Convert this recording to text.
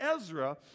Ezra